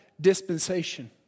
dispensation